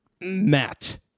Matt